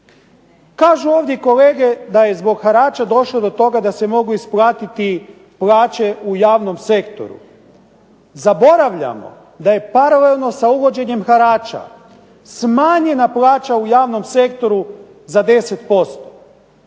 Kažu ovdje kolege da je zbog harača došlo do toga da se mogu isplatiti plaće u javnom sektoru. Zaboravljamo da je paralelno sa uvođenjem harača smanjena plaća u javnom sektoru za 10%,